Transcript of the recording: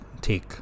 take